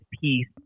peace